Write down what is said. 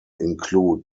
include